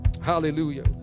hallelujah